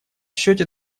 счете